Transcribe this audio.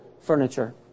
furniture